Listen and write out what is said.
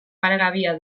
paregabea